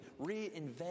reinvent